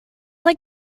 like